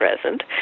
Present